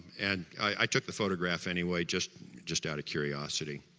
and i took the photograph anyway just just out of curiosity